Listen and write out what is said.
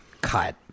cut